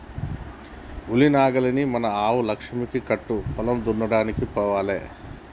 ఉలి నాగలిని మన ఆవు లక్ష్మికి కట్టు పొలం దున్నడానికి పోవాలే